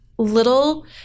Little